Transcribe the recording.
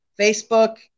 Facebook